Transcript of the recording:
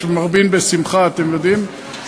מרבין בשמחה, אתם יודעים?